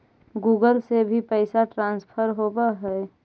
Google से भी पैसा ट्रांसफर होवहै?